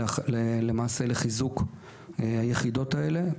למעשה חיזוק היחידות האלה.